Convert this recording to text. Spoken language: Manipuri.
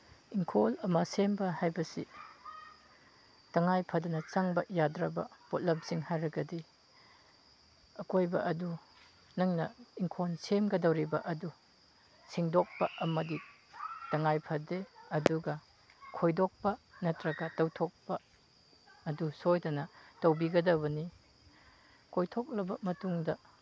ꯏꯪꯈꯣꯜ ꯑꯃ ꯁꯦꯝꯕ ꯍꯥꯏꯕꯁꯤ ꯇꯉꯥꯏꯐꯗꯅ ꯆꯪꯕ ꯌꯥꯗ꯭ꯔꯕ ꯄꯣꯠꯂꯝꯁꯤꯡ ꯍꯥꯏꯔꯒꯗꯤ ꯑꯀꯣꯏꯕ ꯑꯗꯨ ꯅꯪꯅ ꯏꯪꯈꯣꯜ ꯁꯦꯝꯒꯗꯧꯔꯤꯕ ꯑꯗꯨ ꯁꯦꯡꯗꯣꯛꯄ ꯑꯃꯗꯤ ꯇꯉꯥꯏꯐꯗꯦ ꯑꯗꯨꯒ ꯈꯣꯏꯗꯣꯛꯄ ꯅꯠꯇ꯭ꯔꯒ ꯇꯧꯊꯣꯛꯄ ꯑꯗꯨ ꯁꯣꯏꯗꯅ ꯇꯧꯕꯤꯒꯗꯕꯅꯤ ꯀꯣꯏꯊꯣꯛꯂꯕ ꯃꯇꯨꯡꯗ